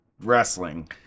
wrestling